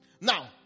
Now